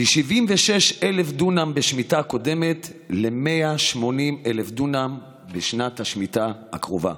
מ-76,000 דונם בשמיטה הקודמת ל-180,000 דונם בשנת השמיטה הקרובה.